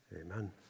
Amen